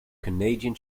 canadian